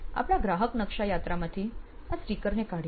આપણા ગ્રાહક નકશા યાત્રામાંથી આ સ્ટીકરને કાઢીએ